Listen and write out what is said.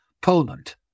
Poland